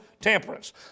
temperance